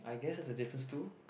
I guess that's a difference too